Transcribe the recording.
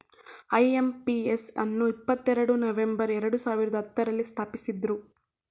IMPS ಅನ್ನು ಇಪ್ಪತ್ತೆರಡು November ಎರಡು ಸಾವಿರದ ಹತ್ತುರಲ್ಲಿ ಸ್ಥಾಪಿಸಿದ್ದ್ರು